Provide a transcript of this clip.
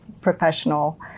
professional